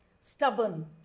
stubborn